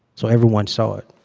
so everyone saw it.